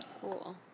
Cool